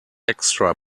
extra